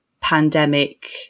pandemic